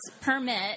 permit